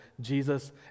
Jesus